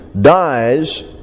dies